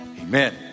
Amen